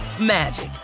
magic